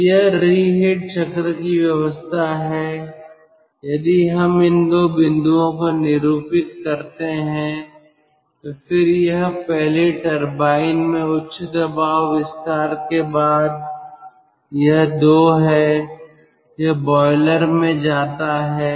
तो यह रीहीट चक्र की व्यवस्था है यदि हम इन बिंदुओं को निरूपित करते हैं तो फिर यह पहली टरबाइन में उच्च दबाव विस्तार के बाद यह 2 है यह बॉयलर में जाता है